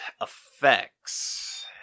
effects